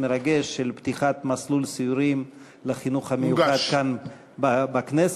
מרגש של פתיחת מסלול סיורים לחינוך המיוחד כאן בכנסת.